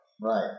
Right